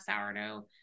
sourdough